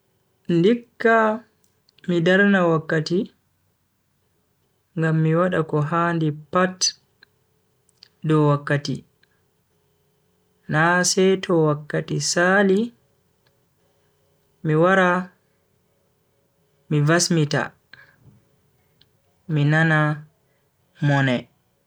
Ndikka mi darna wakkati ngam mi wada ko handi pat dow wakati na seto wakkati Sali mi wara mi vasmita mi nana mone.